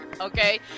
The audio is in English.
Okay